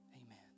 amen